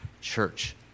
church